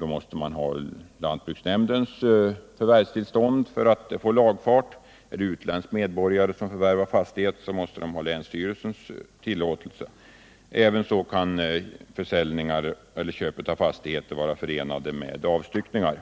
måste man ha lantbruksnämndens förvärvstillstånd för att få lagfart, och utländsk medborgare som förvärvar fastighet måste ha länsstyrelsens tillåtelse. Ävenså kan försäljningar eller köp av fastigheter vara förenade med avstyckningar.